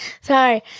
sorry